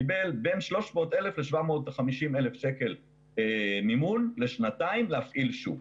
קיבל בין 300,000 ל-750,000 שקלים מימון לשנתיים להפעיל שוק.